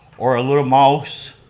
or a little mouse,